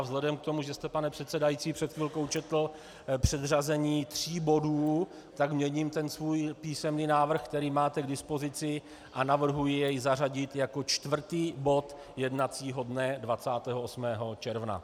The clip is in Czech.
Vzhledem k tomu, že jste, pane předsedající, před chvilkou četl předřazení tří bodů, měním ten svůj písemný návrh, který máte k dispozici, a navrhuji jej zařadit jako čtvrtý bod jednacího dne 28. června.